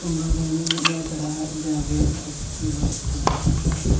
ᱚᱱᱟᱫᱚ ᱢᱚᱡᱽ ᱫᱷᱟᱨᱟᱣᱟᱜ ᱡᱟᱜᱮ ᱧᱮᱞᱚᱜᱚᱜ ᱠᱟᱱᱟ ᱱᱚᱜᱼᱚᱭ